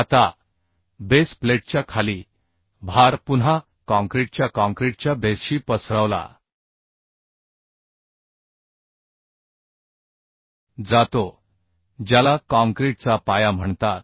आता बेस प्लेटच्या खाली भार पुन्हा काँक्रीटच्या काँक्रीटच्या बेसशी पसरवला जातो ज्याला काँक्रीटचा पाया म्हणतात